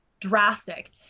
drastic